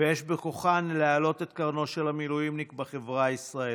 ויש בכוחן להעלות את קרנו של המילואימניק בחברה הישראלית.